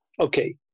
okay